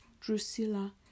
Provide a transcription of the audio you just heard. Drusilla